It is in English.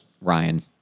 Ryan